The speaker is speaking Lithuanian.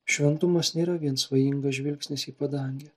šventumas nėra vien svajingas žvilgsnis į padangę